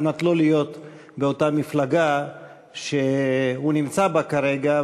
על מנת שלא להיות באותה מפלגה שהוא נמצא בה כרגע,